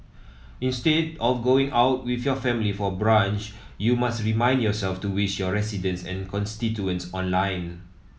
instead of going out with your family for brunch you must remind yourself to wish your residents and constituents online